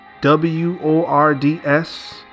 W-O-R-D-S